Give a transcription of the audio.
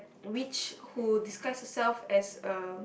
witch who disguise herself as a